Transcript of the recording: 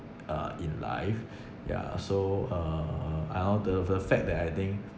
uh in life yeah so uh I or the the fact that I think